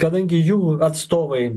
kadangi jų atstovai